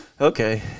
Okay